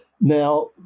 Now